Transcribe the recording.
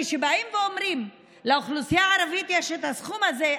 כשבאים ואומרים: לאוכלוסייה הערבית יש את הסכום הזה,